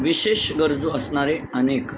विशेष गरजू असणारे अनेक